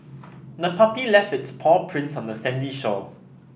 the puppy left its paw prints on the sandy shore